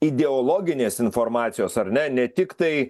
ideologinės informacijos ar ne ne tiktai